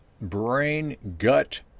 brain-gut